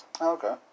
Okay